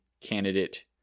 candidate